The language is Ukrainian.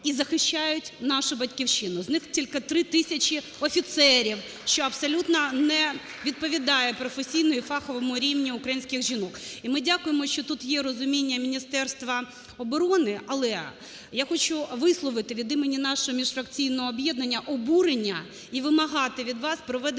і захищають нашу Батьківщину, з них тільки 3 тисячі офіцерів, що абсолютно не відповідає професійному і фаховому рівню українських жінок. (Оплески) І ми дякуємо, що тут є розуміння Міністерства оборони, але я хочу висловити від імені нашого міжфракційного об'єднання обурення і вимагати від вас проведення